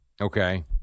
Okay